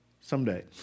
someday